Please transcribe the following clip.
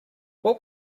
what